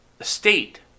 state